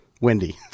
Wendy